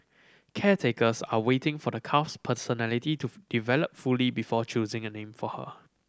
caretakers are waiting for the calf's personality to develop fully before choosing a name for her